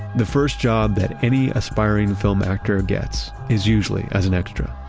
the first job that any aspiring film actor gets is usually as an extra,